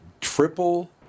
triple